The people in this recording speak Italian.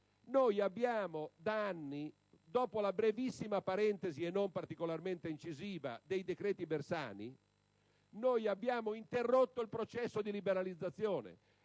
come il gas, da anni, dopo la parentesi brevissima, e non particolarmente incisiva, dei decreti Bersani, abbiamo interrotto il processo di liberalizzazione